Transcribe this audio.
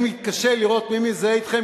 אני מתקשה לראות מי מזדהה אתכם,